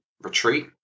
retreat